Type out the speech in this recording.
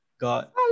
got